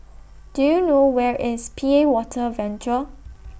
Do YOU know Where IS P A Water Venture